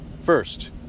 First